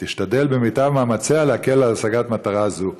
ותשתדל במיטב מאמציה להקל את השגת מטרה זו.